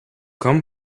come